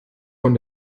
von